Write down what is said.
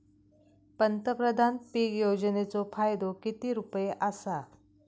पंतप्रधान पीक योजनेचो फायदो किती रुपये आसा?